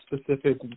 specific